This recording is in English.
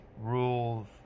rules